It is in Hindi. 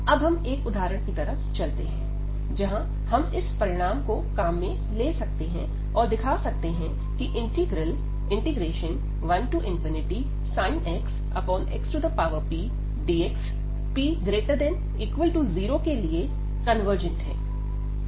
अब हम एक उदाहरण की तरफ चलते हैं जहां हम इस परिणाम को काम में ले सकते हैं और दिखा सकते हैं की integral 1sin x xpdx p≥0 के लिए कनवर्जेंट है